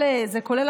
זה כולל,